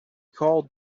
called